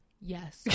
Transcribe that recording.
Yes